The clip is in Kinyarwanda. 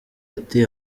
ati